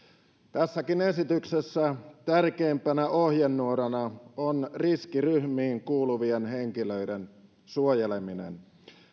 tässäkin esityksessä tärkeimpänä ohjenuorana on riskiryhmiin kuuluvien henkilöiden suojeleminen